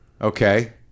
Okay